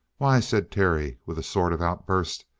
why, said terry, with a sort of outburst,